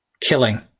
killing